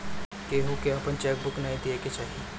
केहू के आपन चेक बुक नाइ देवे के चाही